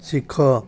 ଶିଖ